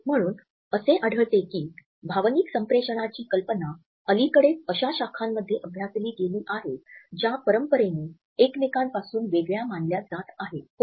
म्हणून असे आढळते की भावनिक संप्रेषणाची कल्पना अलीकडेच अशा शाखांमध्ये अभ्यासली गेली आहे ज्या परंपरेने एकमेकांपासून वेगळ्या मानल्या जात होत्या